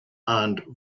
and